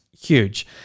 huge